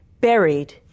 buried